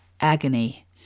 agony